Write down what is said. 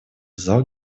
зал